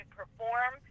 perform